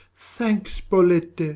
thanks, bolette.